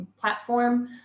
platform